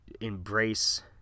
Embrace